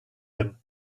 him